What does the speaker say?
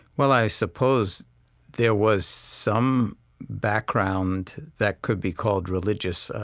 well i suppose there was some background that could be called religious.